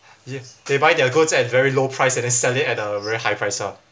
ya they buy their goods at very low price and then sell it at a very high price ah